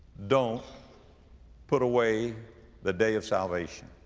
don't put away the day of salvation.